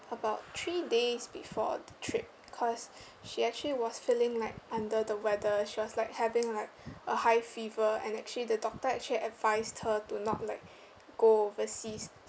about three days before the trip cause she actually was feeling like under the weather she was like having like a high fever and actually the doctor actually advised her to not like go overseas